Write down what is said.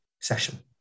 session